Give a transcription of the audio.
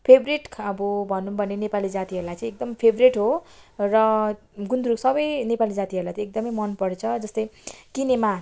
favourite अब भनौँ भने नेपाली जातिहरूलाई चाहिँ एकदम फेभरेट हो र गुन्द्रुक सबै नेपाली जातिहरूलाई चाहिँ एकदमै मनपर्छ जस्तै किनेमा